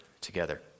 together